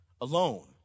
alone